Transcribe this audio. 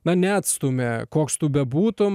na neatstumia koks tu bebūtum